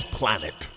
planet